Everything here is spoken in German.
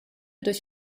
durch